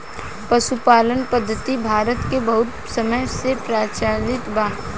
पशुपालन पद्धति भारत मे बहुत समय से प्रचलित बा